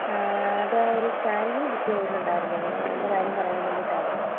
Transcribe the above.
ഒരു സ്കാനിംഗ്നു ബുക്ക് ചെയ്തിട്ടുണ്ടായിരുന്നോ അതിൻ്റെ കാര്യം പറയാൻ വേണ്ടിയിട്ടായിരുന്നു